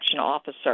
officer